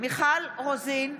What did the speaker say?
מיכל רוזין,